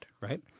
right